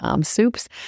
soups